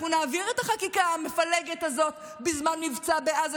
אנחנו נעביר את החקיקה המפלגת הזאת בזמן מבצע בעזה,